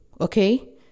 Okay